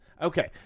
Okay